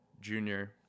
junior